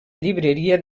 llibreria